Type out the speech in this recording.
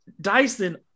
Dyson